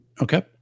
okay